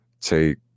take